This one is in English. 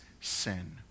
sin